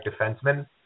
defenseman